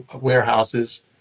warehouses